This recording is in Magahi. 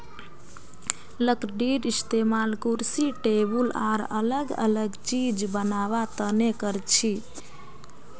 लकडीर इस्तेमाल कुर्सी टेबुल आर अलग अलग चिज बनावा तने करछी